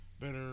better